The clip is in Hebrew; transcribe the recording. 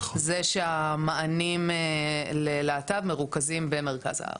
שהמענים ללהט״ב מרוכזים במרכז הארץ,